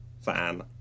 fan